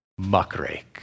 muckrake